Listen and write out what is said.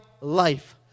life